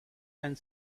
and